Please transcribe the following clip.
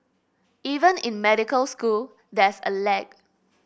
even in medical school there's a lag